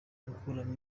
gukuramo